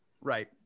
Right